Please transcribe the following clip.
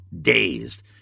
dazed